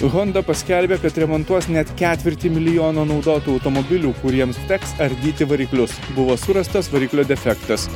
honda paskelbė kad remontuos net ketvirtį milijono naudotų automobilių kuriem teks ardyti variklius buvo surastas variklio defektas